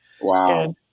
Wow